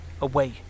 away